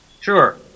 Sure